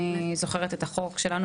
אני זוכרת את החוק שלנו.